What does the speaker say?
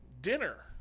dinner